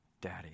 daddy